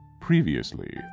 Previously